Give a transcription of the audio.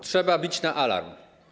Trzeba bić na alarm.